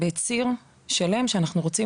כי מדובר בציר שלם בו אנחנו רוצים